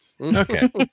Okay